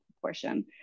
proportion